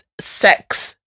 sex